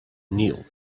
neil